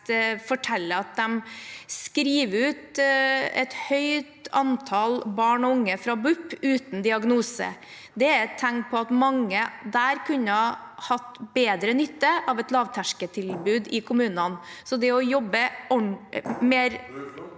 forteller at de skriver ut et høyt antall barn og unge fra BUP uten diagnose. Det er et tegn på at mange kunne hatt bedre nytte av et lavterskeltilbud i kommunen. Sandra Bruflot